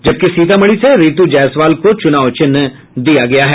जबकि सीतामढ़ी से रितू जायसवाल को चुनाव चिन्ह मिला है